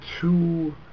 two